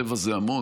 רבע זה המון.